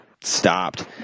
stopped